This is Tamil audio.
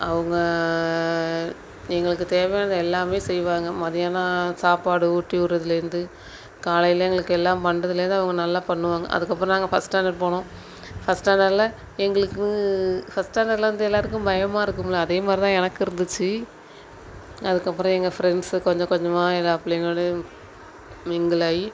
அவங்க எங்களுக்கு தேவையானது எல்லாமே செய்வாங்க மதியானம் சாப்பாடு ஊட்டி விட்றதுலேந்து காலையில் எங்களுக்கு எல்லாம் பண்ணுறதுலேந்து அவங்க நல்லா பண்ணுவாங்க அதுக்கப்புறம் நாங்கள் ஃபர்ஸ்ட் ஸ்டாண்டர்டு போனோம் ஃபர்ஸ்ட் ஸ்டாண்டர்டில் எங்களுக்கு ஃபர்ஸ்ட் ஸ்டாண்டர்டில் வந்து எல்லோருக்கும் பயமாக இருக்கும்ல அதே மாதிரி தான் எனக்கு இருந்துச்சு அதுக்கப்புறம் எங்கள் ஃப்ரெண்ட்ஸு கொஞ்சம் கொஞ்சமாக எல்லா பிள்ளைங்களோடயும் மிங்கிள் ஆகி